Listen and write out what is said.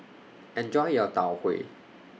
Enjoy your Tau Huay